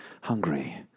hungry